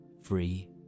free